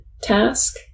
task